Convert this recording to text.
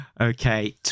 okay